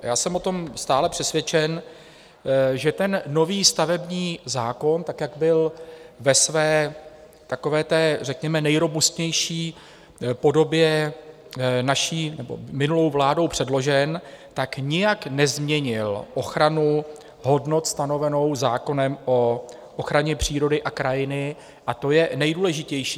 Já jsem o tom stále přesvědčen, že nový stavební zákon tak, jak byl ve své takové řekněme nejrobustnější podobě naší nebo minulou vládou předložen, nijak nezměnil ochranu hodnot stanovenou zákonem o ochraně přírody a krajiny, a to je nejdůležitější.